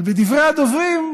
אבל בדברי הדוברים,